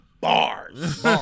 bars